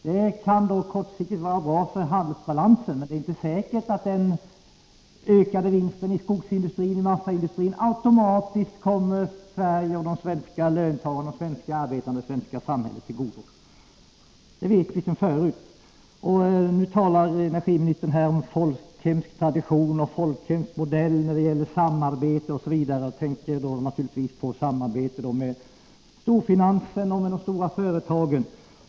Det kan kortsiktigt vara bra för handelsbalansen, men det är inte säkert att den ökade vinsten i skogsindustrin och massaindustrin automatiskt kommer Sverige och de svenska löntagarna, de svenska arbetarna och det svenska samhället till godo. Detta vet vi sedan förut. Nu talar energiministern om folkhemsk tradition och folkhemsk modell när det gäller samarbete osv. Hon tänker då naturligtvis på samarbete med storfinansen och med de stora företagen.